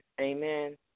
Amen